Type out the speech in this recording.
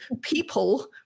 people